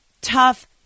tough